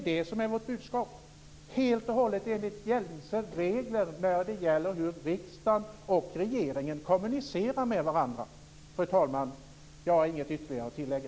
Det är vårt budskap, helt och hållet enligt gängse regler för hur riksdagen och regeringen kommunicerar med varandra. Fru talman! Jag har inget ytterligare att tillägga.